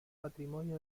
patrimonio